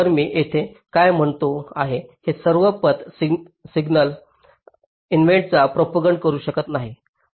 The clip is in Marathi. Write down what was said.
तर मी येथे काय म्हणतो आहे की सर्व पथ सिग्नल इव्हेंटचा प्रोपागंट करू शकत नाहीत